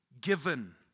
given